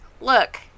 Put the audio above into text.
look